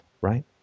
right